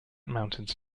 mountains